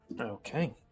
Okay